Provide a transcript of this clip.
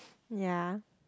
ya